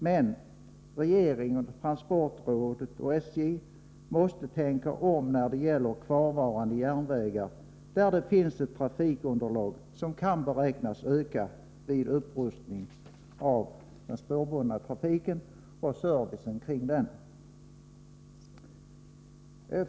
Men regeringen, transportrådet och SJ måste tänka om när det gäller kvarvarande järnvägar, där det finns ett trafikunderlag som kan beräknas öka vid upprustning av den spårbundna trafiken och servicen därvidlag.